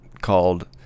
called